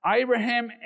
Abraham